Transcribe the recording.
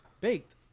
Baked